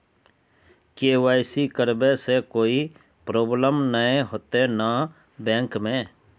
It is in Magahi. के.वाई.सी करबे से कोई प्रॉब्लम नय होते न बैंक में?